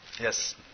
Yes